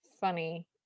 funny